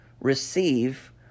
receive